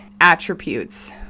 attributes